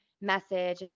message